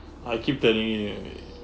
I keep telling you eh